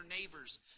neighbors